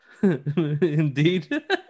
Indeed